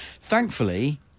Thankfully